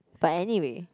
but anyway